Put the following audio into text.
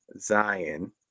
Zion